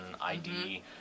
ID